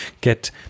get